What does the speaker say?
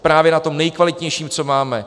Právě na tom nejkvalitnějším, co máme!